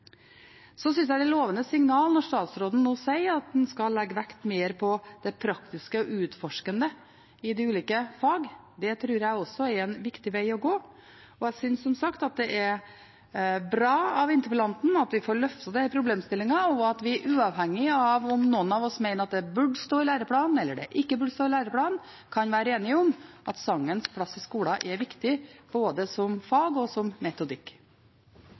Så synes jeg det er et lovende signal når statsråden nå sier at man skal legge mer vekt på det praktiske og utforskende i de ulike fagene. Det tror jeg er en viktig vei å gå. Jeg synes, som sagt, det er bra at interpellanten løfter denne problemstillingen, og at vi uavhengig av om noen av oss mener at det burde stå i læreplanen eller ikke, kan være enige om at sangens plass i skolen er viktig, både som fag og som metodikk.